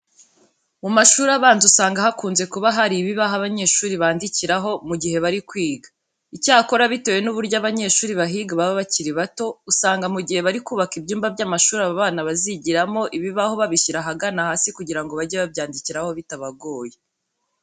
Mu mashuri abanza usanga hakunze kuba hari ibibaho abanyeshuri bandikiraho mu gihe bari kwiga. Icyakora bitewe n'uburyo abanyeshuri bahiga baba bakiri bato, usanga mu gihe bari kubaka ibyumba by'amashuri aba bana bazigiramo ibibaho babishyira ahagana hasi kugira ngo bajye babyandikiraho bitabagoye.